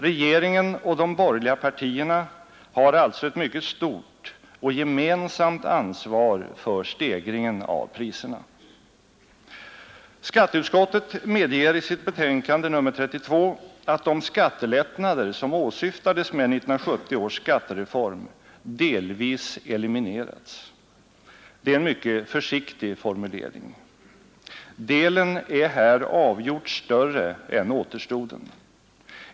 Regeringen och de borgerliga partierna har alltså ett mycket stort, gemensamt ansvar för stegringen av priserna. Skatteutskottet medger i sitt betänkande nr 32 att de skattelättnader som åsyftades med 1970 års skattereform ”delvis eliminerats”. Det är en mycket försiktig formulering. Delen är här avgjort större än återstoden.